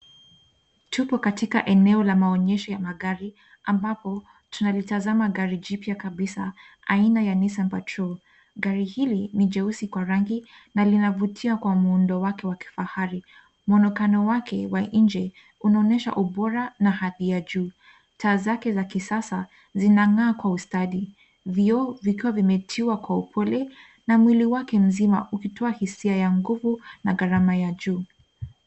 Tupo katika eneo la maonyesho ya magari ambapo, tunalitazama gari jipya kabisa, aina ya Nissan Patrol. Gari hili ni jeusi kwa rangi na linavutia kwa muundo wake wa kifahari. Muonekano wake wa nje unaonyesha ubora na hadhi ya juu. Taa zake za kisasa zinang'aa kwa ustadi. Vioo vikiwa vimetiwa kwa upole na mwili wake nzima ukitoa hisia ya guvu na gharama ya juu.